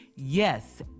Yes